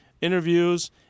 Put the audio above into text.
interviews